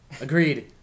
Agreed